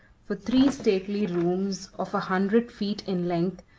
for three stately rooms of a hundred feet in length,